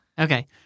Okay